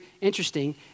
interesting